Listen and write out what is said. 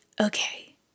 okay